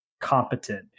competent